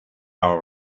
our